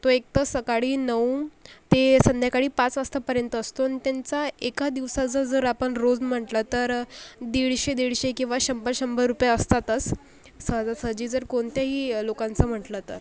तो एकतर सकाळी नऊ ते संध्याकाळी पाच वाजतापर्यंत असतो आणि त्यांचा एका दिवसाचं जर आपण रोज म्हटलं तर दीडशे दीडशे किंवा शंभर शंभर रुपये असतातच सहजासहजी जर कोणतेही लोकांचं म्हटलं तर